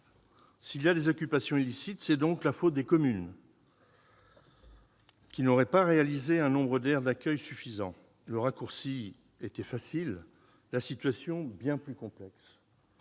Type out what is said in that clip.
S'il y a des occupations illicites, c'est donc la faute des communes, qui n'auraient pas réalisé un nombre d'aires d'accueil suffisant. Le raccourci était facile, la situation est bien plus complexe